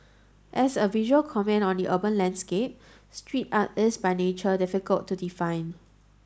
as a visual comment on the urban landscape street art is by nature difficult to define